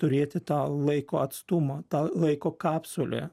turėti tą laiko atstumo tą laiko kapsulę